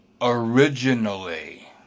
originally